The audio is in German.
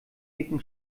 dicken